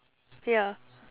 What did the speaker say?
ya